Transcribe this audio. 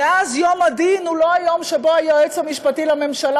ואז יום הדין הוא לא היום שבו היועץ המשפטי לממשלה